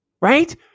right